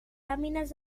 làmines